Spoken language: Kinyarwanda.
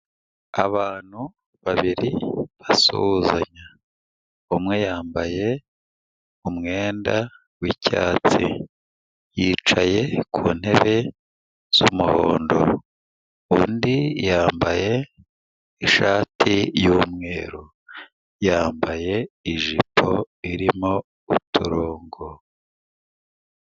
Abantu babiri basuhuzanya, umwe yambaye umwenda w'icyatsi, yicaye ku ntebe z'umuhondo, undi yambaye ishati y'umweru, yambaye ijipo irimo uturongo.